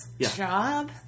Job